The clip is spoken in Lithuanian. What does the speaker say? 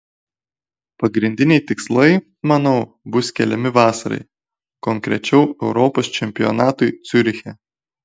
pagrindiniai tikslai manau bus keliami vasarai konkrečiau europos čempionatui ciuriche